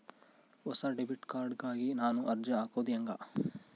ಹೊಸ debit card ಗಾಗಿ ನಾನು ಅರ್ಜಿ ಹಾಕೊದು ಹೆಂಗ?